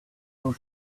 for